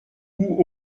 coup